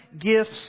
gifts